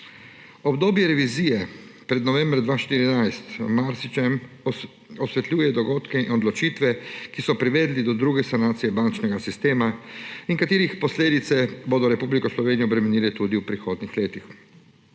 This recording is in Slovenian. Obdobje revizije pred novembrom 2014 v marsičem osvetljuje dogodke in odločitve, ki so privedle do druge sanacije bančnega sistema in katerih posledice bodo Republiko Slovenijo bremenile tudi v prihodnjih letih.